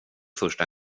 första